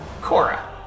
Cora